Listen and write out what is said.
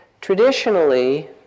Traditionally